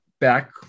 back